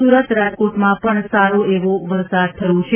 સુરત રાજકોટમાં પણ સારો વરસાદ થયો છે